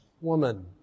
woman